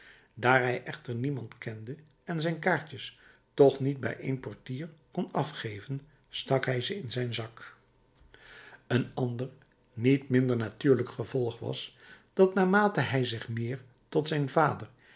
daar hij echter niemand kende en zijn kaartjes toch niet bij één portier kon afgeven stak hij ze in zijn zak een ander niet minder natuurlijk gevolg was dat naarmate hij zich meer tot zijn vader